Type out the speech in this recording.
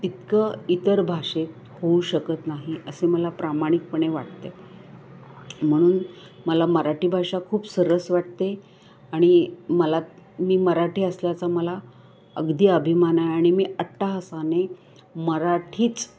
इतकं इतर भाषेत होऊ शकत नाही असे मला प्रामाणिकपणे वाटते म्हणून मला मराठी भाषा खूप सरस वाटते आणि मला मी मराठी असल्याचा मला अगदी अभिमान आहे आणि मी आट्टाहसाने मराठीच